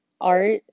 art